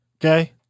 Okay